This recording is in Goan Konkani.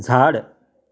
झाड